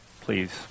please